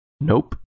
Nope